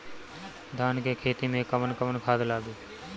धान के खेती में कवन कवन खाद लागी?